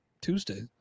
tuesday